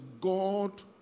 God